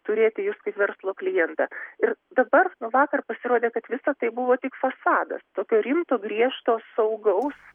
turėti jus kaip verslo klientą ir dabar vakar pasirodė kad visa tai buvo tik fasadas tokio rimto griežto saugaus